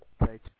Right